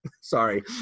Sorry